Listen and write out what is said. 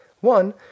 One